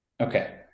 okay